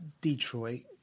Detroit